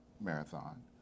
Marathon